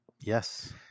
Yes